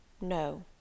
No